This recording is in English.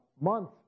month